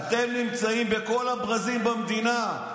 אתם נמצאים בכל הברזים במדינה,